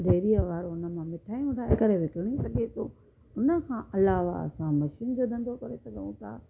डेरीअ वारो उनमां मिठाइयूं ठाहे करे विकिणे सघे थो इन खां अलावा असां मशीन जो धंधो करे सघूं था